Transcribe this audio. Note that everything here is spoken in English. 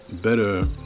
better